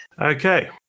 Okay